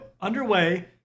underway